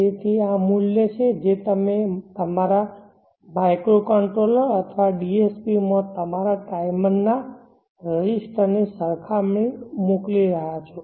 તેથી આ તે મૂલ્ય છે જે તમે તમારા માઇક્રોકન્ટ્રોલર અથવા DSP માં તમારા ટાઈમરના રજિસ્ટર ની સરખામણી મોકલી રહ્યાં છો